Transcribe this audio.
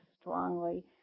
strongly